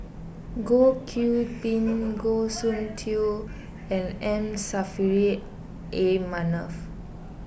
Goh Qiu Bin Goh Soon Tioe and M Saffri A Manaf